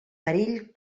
perill